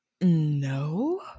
No